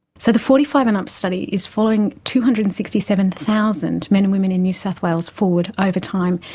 so the forty five and up study is following two hundred and sixty seven thousand men and women in new south wales forward over time.